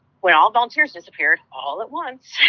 when all volunteers disappear all at once,